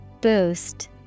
Boost